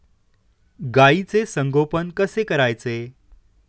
गाईचे संगोपन कसे करायचे?